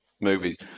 movies